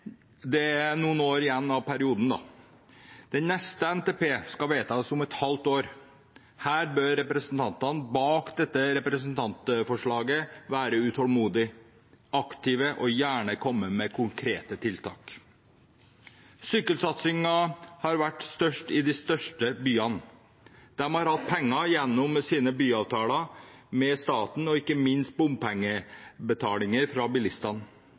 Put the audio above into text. det er noen år igjen av perioden. Den neste NTP-en skal vedtas om et halvt år. Her bør representantene bak dette representantforslaget være utålmodige, aktive og gjerne komme med konkrete tiltak. Sykkelsatsingen har vært størst i de største byene. De har hatt penger gjennom sine byvekstavtaler med staten og ikke minst bompengebetalinger fra bilistene.